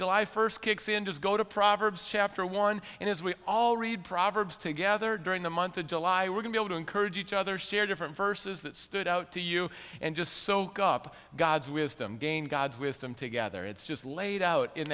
july first kicks in just go to proverbs chapter one and as we all read proverbs together during the month of july we're going to encourage each other share different verses that stood out to you and just soaked up god's wisdom gained god's wisdom together it's just laid out in